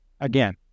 again